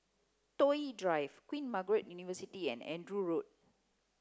Toh Yi Drive Queen Margaret University and Andrew Road